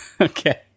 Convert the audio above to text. Okay